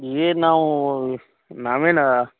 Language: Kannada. ಏನು ನಾವು ನಾವೇನು